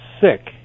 sick